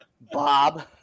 Bob